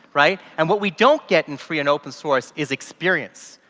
right? and what we don't get in free and open source is experience.